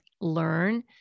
learn